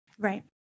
Right